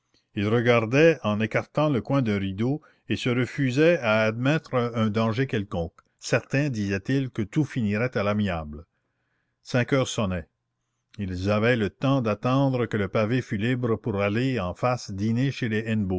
ils regardaient en écartant le coin d'un rideau et se refusaient à admettre un danger quelconque certains disaient-ils que tout finirait à l'amiable cinq heures sonnaient ils avaient le temps d'attendre que le pavé fût libre pour aller en face dîner chez les